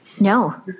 No